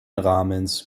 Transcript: rahmens